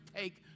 take